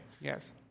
Yes